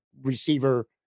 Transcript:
receiver